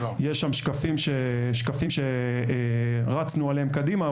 יש שם שקפים שהרצנו קדימה,